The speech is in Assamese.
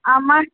আমাৰ